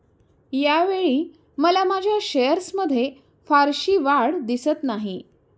यावेळी मला माझ्या शेअर्समध्ये फारशी वाढ दिसत नाही